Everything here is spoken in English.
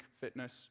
fitness